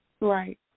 Right